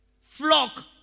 flock